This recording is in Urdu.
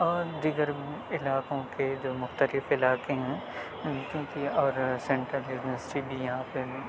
اور دیگر علاقوں کے جو مختلف علاقے ہیں کیوںکہ اور سینٹرل یونیورسٹی بھی یہاں پہ